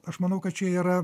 aš manau kad čia yra